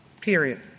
period